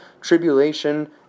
tribulation